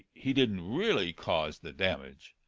he didn't really cause the damage.